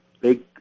big